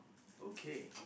okay